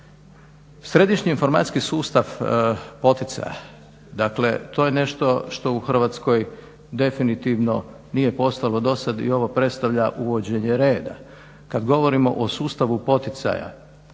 Središnji informacijski sustav poticaja, dakle to je nešto što u Hrvatskoj definitivno nije postojalo do sada i ovo predstavlja uvođenje reda. Kada govorimo o sustavu poticaja